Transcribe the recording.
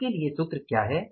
उसके लिए सूत्र क्या है